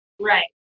Right